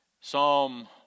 Psalm